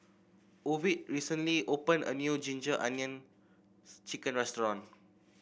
Ovid recently opened a new ginger onion chicken restaurant